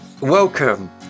Welcome